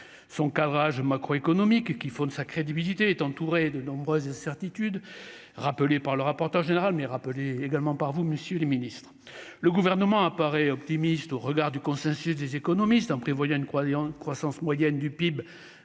son cadrage macroéconomique qui fonde sa crédibilité est entouré de nombreuses incertitudes rappelés par le rapporteur général mais rappeler également par vous, Monsieur le Ministre, le gouvernement apparaît optimiste au regard du consensus des économistes en prévoyant une croisière en croissance moyenne du PIB